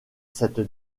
cette